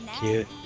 Cute